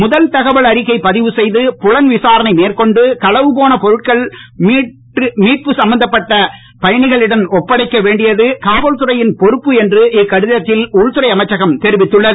முதல்தகவல் அறிக்கை பதிவுசெய்து புலன் விசாரணை மேற்கொண்டு களவு போன பொருட்களை மீட்டு சம்பந்தப்பட்ட பயணிகளிடம் ஒப்படைக்க வேண்டியது காவல்துறையின் பொறுப்பு என்று இக்கடிதத்தில் உள்துறை அமைச்சகம் தெரிவித்துள்ளது